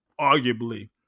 arguably